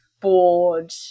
bored